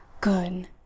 Good